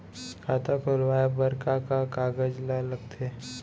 खाता खोलवाये बर का का कागज ल लगथे?